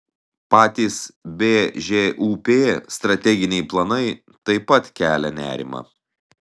patys bžūp strateginiai planai taip pat kelia nerimą